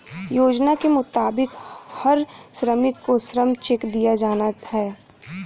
योजना के मुताबिक हर श्रमिक को श्रम चेक दिया जाना हैं